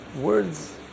words